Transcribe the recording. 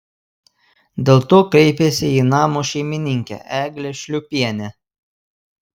dėl to kreipėsi į namo šeimininkę eglę šliūpienę